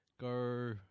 go